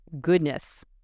goodness